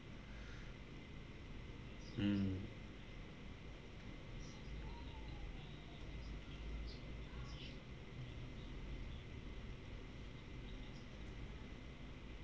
mm